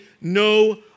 no